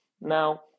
now